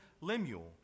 Lemuel